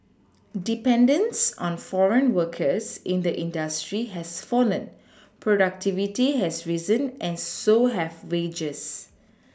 dependence on foreign workers in the industry has fallen productivity has risen and so have wages